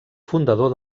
fundador